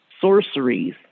sorceries